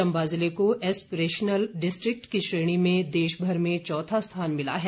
चम्बा जिले को aspirational district की श्रेणी में देशभर में चौथा स्थान मिला है